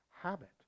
habit